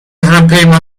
همپیمان